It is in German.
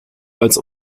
als